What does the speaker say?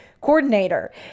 coordinator